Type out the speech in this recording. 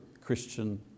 Christian